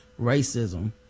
racism